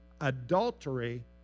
adultery